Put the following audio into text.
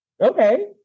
Okay